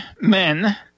men